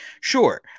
sure